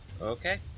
Okay